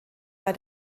bei